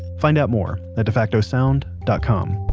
find out more at defacto sound dot com